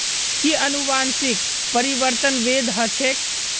कि अनुवंशिक परिवर्तन वैध ह छेक